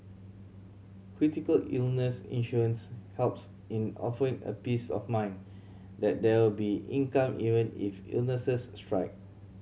critical illness insurance helps in offering a peace of mind that there will be income even if illnesses strike